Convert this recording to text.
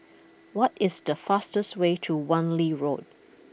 what is the fastest way to Wan Lee Road